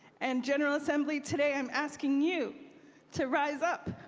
and general assembly today, i'm asking you to rise up,